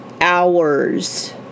hours